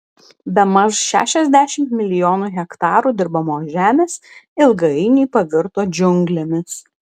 bemaž šešiasdešimt milijonų hektarų dirbamos žemės ilgainiui pavirto džiunglėmis